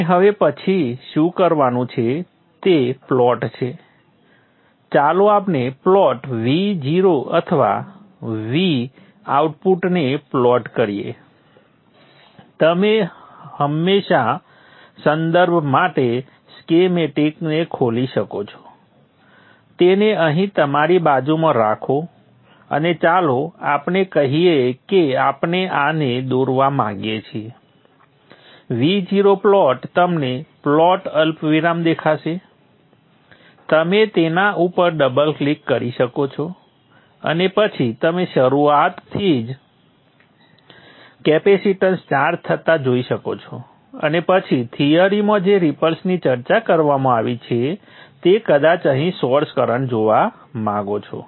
આપણે હવે પછી શું કરવાનું છે તે પ્લોટ છે ચાલો આપણે પ્લોટ Vo અથવા V આઉટપુટને પ્લોટ કરીએ તમે હંમેશા સંદર્ભ માટે સ્કીમેટિક ને ખોલી શકો છો તેને અહીં તમારી બાજુમાં રાખો અને ચાલો આપણે કહીએ કે આપણે આને દોરવા માંગીએ છીએ Vo પ્લોટ તમને પ્લોટ અલ્પવિરામ દેખાશે તમે તેના ઉપર ડબલ ક્લિક કરી શકો છો અને પછી તમે શરૂઆતથી જ કેપેસિટન્સ ચાર્જ થતા જોઈ શકો છો અને પછી થિયરીમાં જે રિપલ્સની ચર્ચા કરવામાં આવી છે તેમ કદાચ અહીં સોર્સ કરંટ જોવા માંગો છો